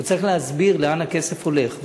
הוא צריך להסביר לאן הכסף הולך.